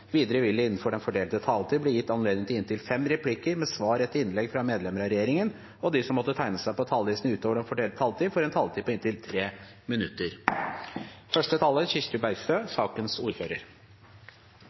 Videre vil det – innenfor den fordelte taletid – bli gitt anledning til inntil fem replikker med svar etter innlegg fra medlemmer av regjeringen, og de som måtte tegne seg på talerlisten utover den fordelte taletid, får en taletid på inntil 3 minutter.